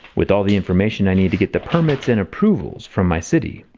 with all the information i need to get the permits and approvals from my city.